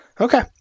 Okay